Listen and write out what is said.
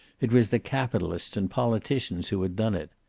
it was the capitalists and politicians who had done it.